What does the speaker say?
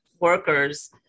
workers